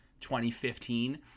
2015